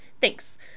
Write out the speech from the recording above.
thanks